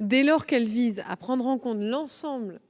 Dès lors qu'elles visent à prendre en compte l'ensemble